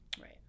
Right